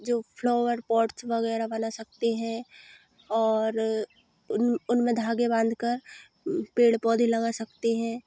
जो flower pots वगैरह बना सकते हैं और उन उनमें धागे बांधकर पेड़ पौधे लगा सकते हैं